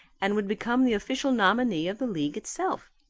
and would become the official nominee of the league itself.